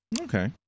Okay